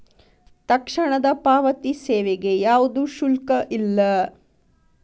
ತಕ್ಷಣದ ಪಾವತಿ ಸೇವೆಗೆ ಯಾವ್ದು ಶುಲ್ಕ ಇಲ್ಲ